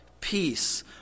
peace